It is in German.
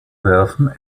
werfen